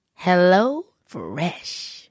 HelloFresh